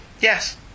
Yes